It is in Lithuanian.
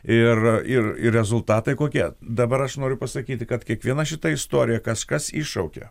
ir ir ir rezultatai kokie dabar aš noriu pasakyti kad kiekvieną šitą istoriją kažkas iššaukė